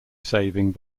saving